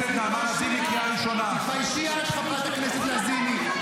--- במקומכם הייתי מתביישת --- חברת הכנסת לזימי,